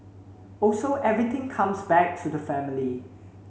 also everything comes back to the family